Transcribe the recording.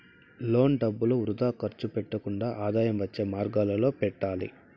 loan డబ్బులు వృథా ఖర్చు పెట్టకుండా ఆదాయం వచ్చే మార్గాలలో పెట్టాలి